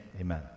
Amen